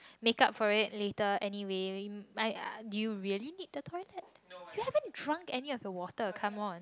makeup for it later anyway might do you really need the toilet you haven't drunk any of your water come on